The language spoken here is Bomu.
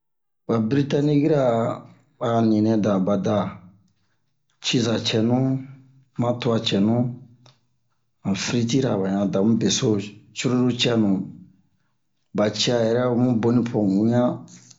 Ba biritanikira a ninɛ ba da ciza cɛnu ma twa cɛnu han firitira ba yan da mu beso cururu cɛnu ba ciya yɛrɛ o mu boni po mu wian